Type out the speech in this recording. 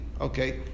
okay